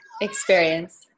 experience